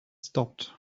stopped